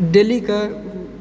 डेलीके